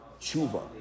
tshuva